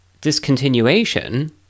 discontinuation